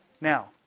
Now